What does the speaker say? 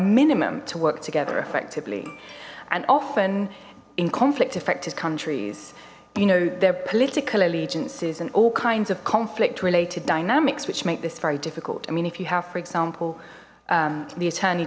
minimum to work together effectively and often in conflict affected countries you know their political allegiances and all kinds of conflict related dynamics which make this very difficult i mean if you have for example the attorney